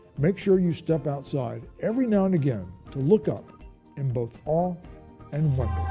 make sure you step outside every now and again to look up in both awe and but